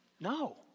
No